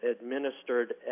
administered